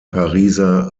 pariser